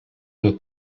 pel